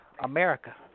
America